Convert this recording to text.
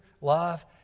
love